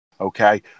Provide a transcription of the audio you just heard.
Okay